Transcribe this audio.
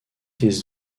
his